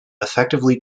effectively